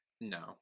No